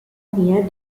near